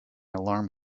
alarm